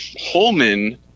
Holman